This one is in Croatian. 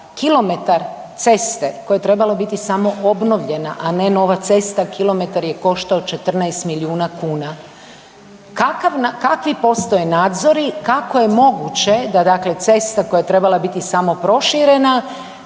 kilometar ceste koja je trebala biti samo obnovljena, a ne nova cesta, kilometar je koštao 14 milijuna kuna, kakvi postoje nadzori, kako je moguće da dakle cesta koja je trebala biti samo proširena,